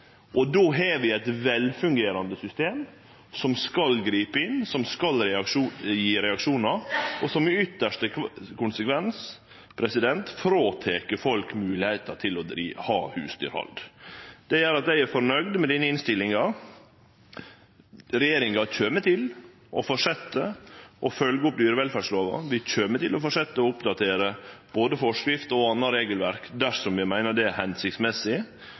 måte. Då har vi eit velfungerande system som skal gripe inn, som skal gje reaksjonar, og som i ytste konsekvens tek frå folk moglegheita til å ha husdyr. Det gjer at eg er fornøgd med denne innstillinga. Regjeringa kjem til å fortsetje å følgje opp dyrevelferdslova, vi kjem til å fortsetje å oppdatere både forskrifter og anna regelverk dersom vi meiner det er hensiktsmessig.